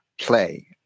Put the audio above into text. play